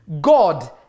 God